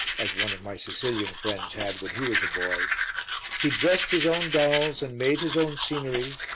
as one of my sicilian friends had when he was a boy he dressed his own dolls and made his own scenery,